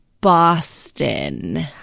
boston